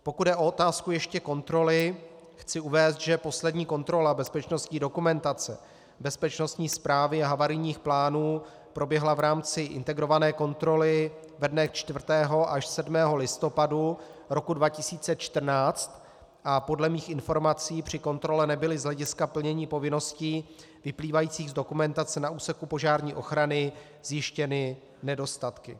Pokud jde ještě o otázku kontroly, chci uvést, že poslední kontrola bezpečnostní dokumentace, bezpečnostní zprávy a havarijních plánů proběhla v rámci integrované kontroly ve dnech 4. až 7. listopadu roku 2014 a podle mých informací při kontrole nebyly z hlediska plnění povinností vyplývajících z dokumentace na úseku požární ochrany zjištěny nedostatky.